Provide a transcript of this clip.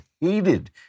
hated